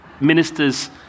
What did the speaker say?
ministers